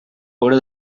hora